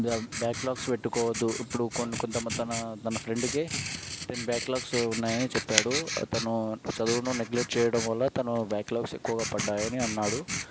backlogs పెట్టుకోవద్దు ఇప్పుడు కొన్ని కొంత తన తన ఫ్రెండ్కి టెన్ బ్యాక్లాగ్స్ ఉన్నాయని చెప్పాడు తను చదువును నెగ్లెట్ చేయడం వల్ల తను బ్యాక్లాగ్స్ ఎక్కువగా పడ్డాయని అన్నాడు